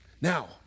Now